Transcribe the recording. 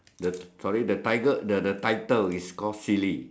sorry the title is called silly